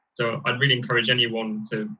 so i really encourage anyone to,